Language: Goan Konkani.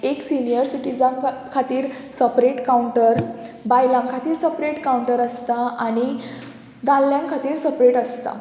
एक सिनियर सिटीजन खातीर सपरेट कावंटर बायलां खातीर सपरेट कावंटर आसता आनी दादल्यां खातीर सपरेट आसता